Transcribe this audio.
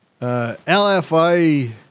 LFI